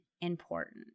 important